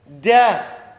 death